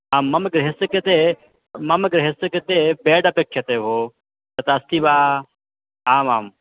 आं मम गृहस्य कृते मम गृहस्य कृते बेड् अपेक्षते भोः तत् अस्ति वा आमां